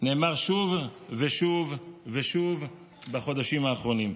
נאמר שוב ושוב ושוב בחודשים האחרונים.